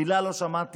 מילה לא שמעתי.